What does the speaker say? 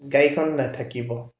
গাড়ীখন নাথাকিব